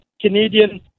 Canadian